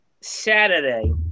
Saturday